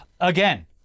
Again